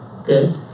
okay